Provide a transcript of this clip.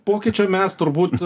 pokyčio mes turbūt